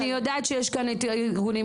אני יודעת שיש כאן את הארגונים.